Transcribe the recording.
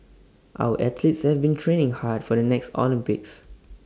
our athletes have been training hard for the next Olympics